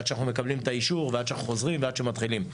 עד שאנחנו מקבלים את האישור ועד שאנחנו חוזרים ועד שמתחילים.